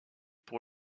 pour